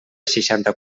seixanta